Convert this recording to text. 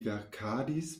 verkadis